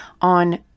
on